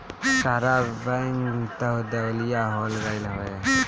सहारा bank तअ दिवालिया हो गईल हवे